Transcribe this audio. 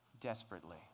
desperately